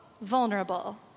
vulnerable